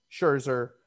Scherzer